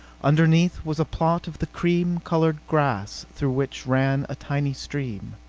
underneath was a plot of the cream colored grass through which ran a tiny stream.